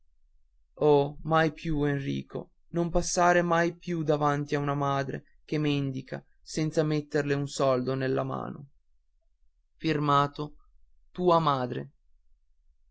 oh mai più enrico non passare mai più davanti a una madre che méndica senza metterle un soldo nella mano